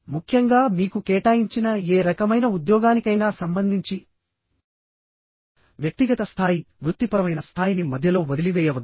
ముఖ్యంగా మీకు కేటాయించిన ఏ రకమైన ఉద్యోగానికైనా సంబంధించి వ్యక్తిగత స్థాయి వృత్తిపరమైన స్థాయిని మధ్యలో వదిలివేయవద్దు